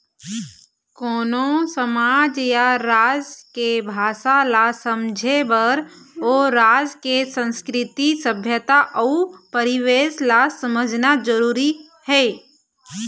कोनो समाज या राज के भासा ल समझे बर ओ राज के संस्कृति, सभ्यता अउ परिवेस ल समझना जरुरी हे